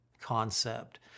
concept